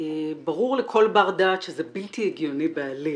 ברור לכל בר דעת שזה בלתי הגיוני בעליל.